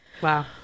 Wow